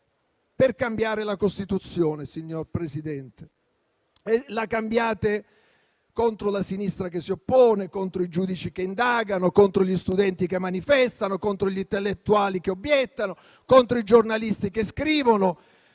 per cambiare la Costituzione, signor Presidente. La cambiate contro la sinistra che si oppone, contro i giudici che indagano, contro gli studenti che manifestano, contro gli intellettuali che obiettano, contro i giornalisti che scrivono.